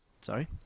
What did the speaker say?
Sorry